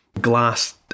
glass